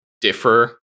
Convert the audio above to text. differ